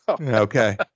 okay